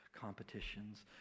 competitions